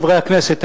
חברי הכנסת,